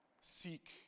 seek